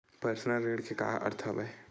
Personal ऋण के का अर्थ हवय?